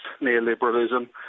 neoliberalism